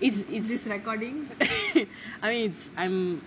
if if I mean I'm